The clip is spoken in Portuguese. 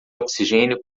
oxigênio